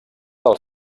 del